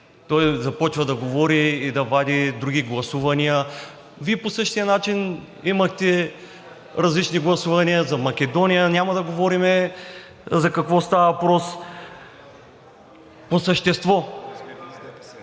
Той започва да говори и да вади други гласувания. Вие по същия начин имахте различни гласувания, за Македония, няма да говорим за какво става въпрос. По същество.